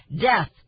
death